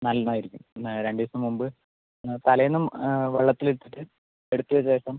നന്നായിരിക്കും രണ്ട് ദിവസം മുമ്പ് ആ തലേന്നും വെള്ളത്തിൽ ഇട്ടിട്ട് എടുത്ത ശേഷം